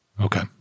Okay